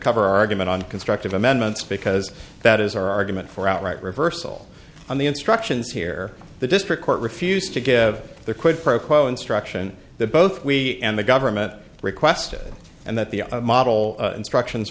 cover argument on constructive amendments because that is our argument for outright reversal on the instructions here the district court refused to give the quid pro quo instruction that both we and the government requested and that the model instructions